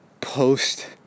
post